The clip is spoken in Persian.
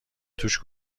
توش